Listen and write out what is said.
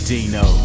Dino